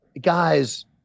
guys